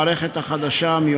התשע"ז 2017,